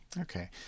Okay